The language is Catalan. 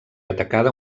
atacada